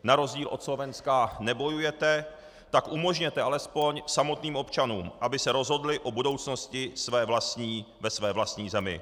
Na rozdíl od Slovenska nebojujete, tak umožněte alespoň samotným občanům, aby se rozhodli o budoucnosti ve své vlastní zemi.